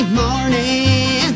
morning